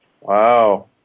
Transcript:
Wow